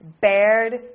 bared